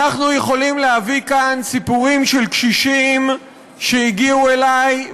אנחנו יכולים להביא כאן סיפורים של קשישים שהגיעו אלי,